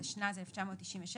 התשנ"ז-1997,